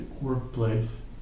workplace